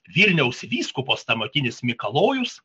vilniaus vyskupas tuometinis mikalojus